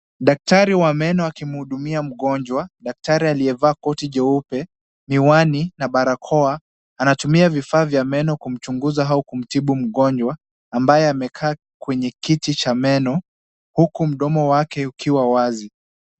Daktari wa meno akimhudumia mgonjwa. Daktari aliyevalia koti jeupe, miwani na barakoa, anatumia vifaa vya meno kumchunguza au kumtibu mgonjwa ambaye amekaa kwenye kiti cha meno huku mdomo wake ukiwa wazi.